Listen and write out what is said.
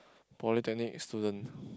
Polytechnic student